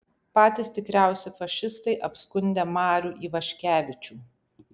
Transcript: patys tikriausi fašistai apskundę marių ivaškevičių